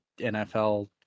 NFL